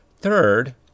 Third